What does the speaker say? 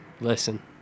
listen